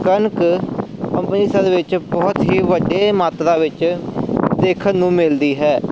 ਕਣਕ ਅੰਮ੍ਰਿਤਸਰ ਵਿੱਚ ਬਹੁਤ ਹੀ ਵੱਡੇ ਮਾਤਰਾ ਵਿੱਚ ਦੇਖਣ ਨੂੰ ਮਿਲਦੀ ਹੈ